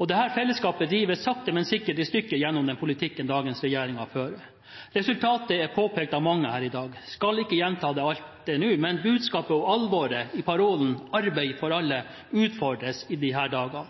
Dette fellesskapet rives sakte, men sikkert i stykker gjennom den politikken som dagens regjering fører. Resultatet er påpekt av mange her i dag. Jeg skal ikke gjenta alt det nå, men budskapet og alvoret i parolen «Arbeid til alle»